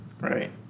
Right